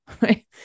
Right